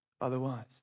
otherwise